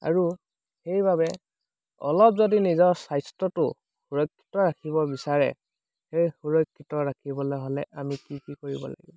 আৰু সেইবাবে অলপ যদি নিজৰ স্বাস্থ্যটো সুৰক্ষিত ৰাখিব বিচাৰে সেই সুৰক্ষিত ৰাখিবলৈ হ'লে আমি কি কি কৰিব লাগিব